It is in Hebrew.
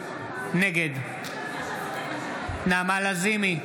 נגד נעמה לזימי,